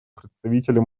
представителем